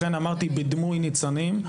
לכן אמרתי בדמוי ניצנים.